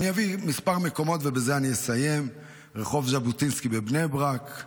אביא כמה מקומות ובזה אסיים: רחוב ז'בוטינסקי בבני ברק,